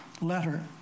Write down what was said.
letter